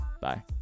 Bye